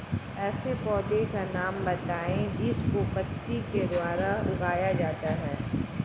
ऐसे पौधे का नाम बताइए जिसको पत्ती के द्वारा उगाया जाता है